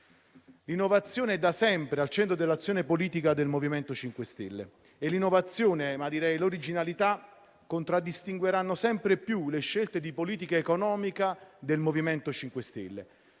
L'innovazione, da sempre al centro dell'azione politica del MoVimento 5 Stelle, e l'originalità contraddistingueranno sempre più le scelte di politica economica del MoVimento 5 Stelle.